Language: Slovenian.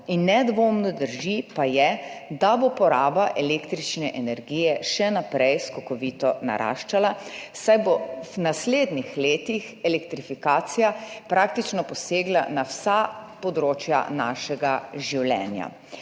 in nedvomno drži, pa je, da bo poraba električne energije še naprej skokovito naraščala, saj bo v naslednjih letih elektrifikacija posegla praktično na vsa področja našega življenja.